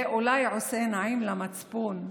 זה אולי עושה נעים למצפון,